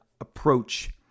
approach